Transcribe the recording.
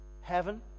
heaven